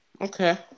Okay